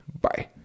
Bye